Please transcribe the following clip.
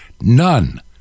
None